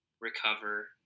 recover